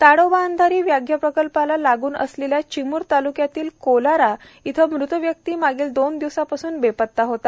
ताडोबा अंधारी व्याघ्र प्रकल्पाला लागून असलेल्या चिमूर तालुक्यातील कोलारा येथील मृत व्यक्ती मागील दोन दिवसांपासून बेपत्ता होता